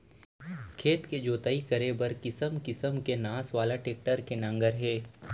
खेत के जोतई करे बर किसम किसम के नास वाला टेक्टर के नांगर हे